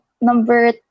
number